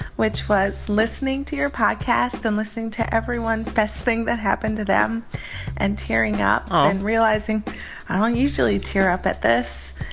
which was listening to your podcast and listening to everyone's best thing that happened to them and tearing up aw and realizing i don't usually tear up at this.